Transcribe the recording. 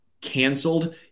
canceled